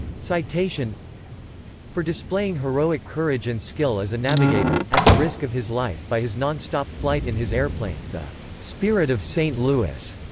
citation for displaying heroic courage and skill as a navigator, at the risk of his life, by his nonstop flight in his airplane, the spirit of st. louis,